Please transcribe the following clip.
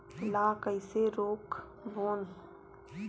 ला कइसे रोक बोन?